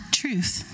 truth